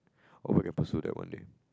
hopefully I can pursue that one day